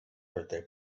birthday